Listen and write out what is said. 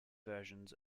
versions